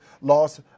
lost